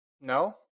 No